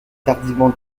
tardivement